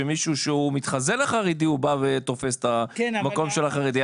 שמישהו שמתחזה לחרדי תופס את המקום של החרדי?